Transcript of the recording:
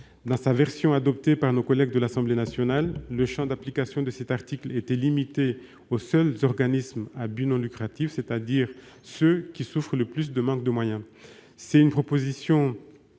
Dans sa version adoptée par nos collègues de l'Assemblée nationale, le champ d'application de cet article était limité aux seuls organismes à but non lucratif, c'est-à-dire à ceux qui souffrent le plus du manque de moyens. Cette proposition